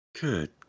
Good